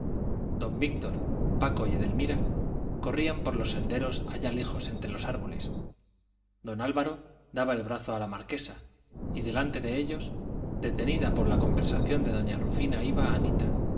don víctor paco y edelmira corrían por los senderos allá lejos entre los árboles don álvaro daba el brazo a la marquesa y delante de ellos detenida por la conversación de doña rufina